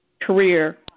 career